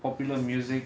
popular music